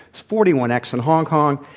forty one x in hong kong,